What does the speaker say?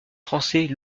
français